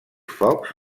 focs